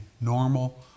normal